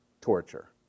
torture